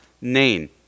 name